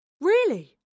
Really